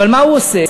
אבל מה הוא עושה?